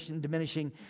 diminishing